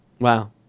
Wow